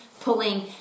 pulling